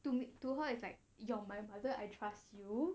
to m~ to her you're my mother I trust you